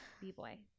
b-boy